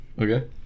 Okay